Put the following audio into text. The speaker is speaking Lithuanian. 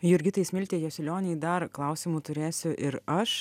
jurgitai smiltei jasiulionei dar klausimų turėsiu ir aš